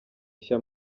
nshya